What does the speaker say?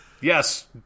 Yes